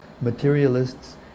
materialists